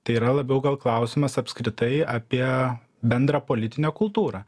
tai yra labiau gal klausimas apskritai apie bendrą politinę kultūrą